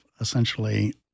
essentially